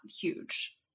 huge